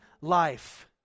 life